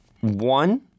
One